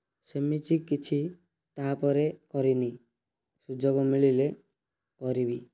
ସେମିତି କିଛି ତା'ପରେ କରେନି ସୁଯୋଗ ମିଳିଲେ କରିବି